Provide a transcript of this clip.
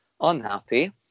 unhappy